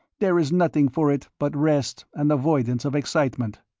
there is nothing for it but rest and avoidance of excitement.